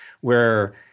where-